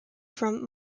from